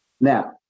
Now